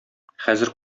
хәзер